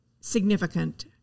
significant